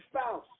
spouse